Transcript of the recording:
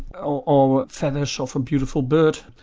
ah or feathers of a beautiful bird,